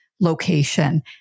location